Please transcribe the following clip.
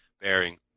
bearing